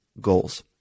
goals